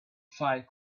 fight